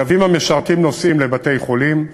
קווים המשרתים נוסעים לבתי-חולים,